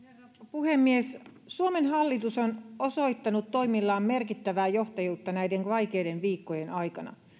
puhemies suomen hallitus on osoittanut toimillaan merkittävää johtajuutta näiden vaikeiden viikkojen aikana